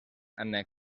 annex